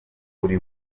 uri